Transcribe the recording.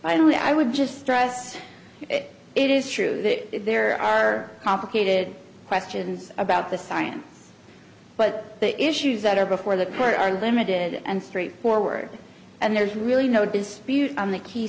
don't i would just stress it it is true that there are complicated questions about the science but the issues that are before the court are limited and straightforward and there's really no dispute on the key